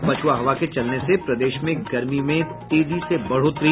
और पछ्आ हवा चलने से प्रदेश में गर्मी में तेजी से बढ़ोतरी